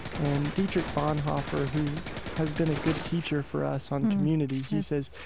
and dietrich bonhoeffer who has been a good teacher for us on community, he says,